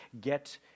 get